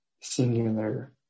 singular